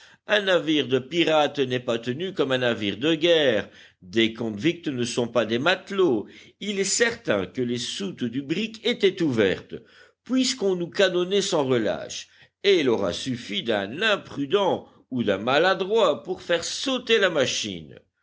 un navire de pirates n'est pas tenu comme un navire de guerre des convicts ne sont pas des matelots il est certain que les soutes du brick étaient ouvertes puisqu'on nous canonnait sans relâche et il aura suffi d'un imprudent ou d'un maladroit pour faire sauter la machine